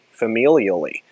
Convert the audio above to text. familially